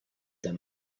them